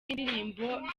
y’indirimbo